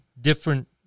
different